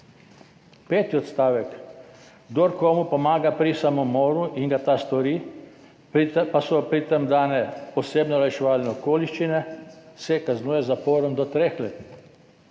Peti odstavek: »Kdor komu pomaga pri samomoru in ga ta stori, pa so pri tem dane posebne olajševalne okoliščine, se kaznuje z zaporom do treh let.«